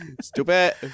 Stupid